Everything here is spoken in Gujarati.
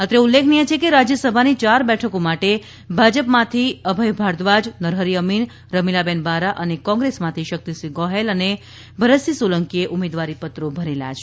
અત્રે ઉલ્લેખનીય છે કે રાજ્યસભાની યાર બેઠકો માટે ભાજપમાંથી અભય ભારદ્વાજ નરહરી અમીન રમીલાબેન બારા અને કોંગ્રેસમાંથી શકિતસિંહ ગોહેલ અને ભરતસિંહ સોલંકીએ ઉમેદવારી પત્રો ભરેલા છે